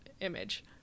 image